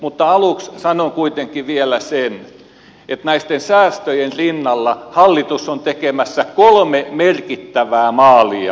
mutta aluksi sanon kuitenkin vielä sen että näitten säästöjen rinnalla hallitus on tekemässä kolme merkittävää maalia